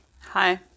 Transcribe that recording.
Hi